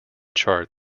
chart